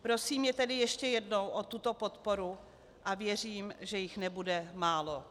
Prosím je tedy ještě jednou o tuto podporu a věřím, že jich nebude málo.